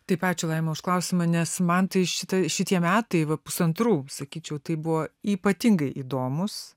taip ačiū laima už klausimą nes man tai šitišitie metai va pusantrų sakyčiau tai buvo ypatingai įdomūs